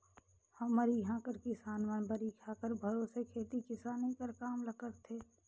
हमर इहां कर किसान मन बरिखा कर भरोसे खेती किसानी कर काम ल करथे